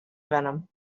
venom